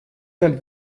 sind